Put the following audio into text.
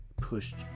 pushed